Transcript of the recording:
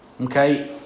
Okay